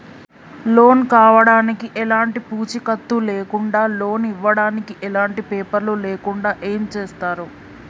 Loan కావడానికి ఎలాంటి పూచీకత్తు లేకుండా లోన్ ఇవ్వడానికి ఎలాంటి పేపర్లు లేకుండా ఏం చేస్తారు?